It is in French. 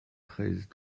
treize